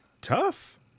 Tough